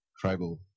tribal